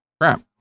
crap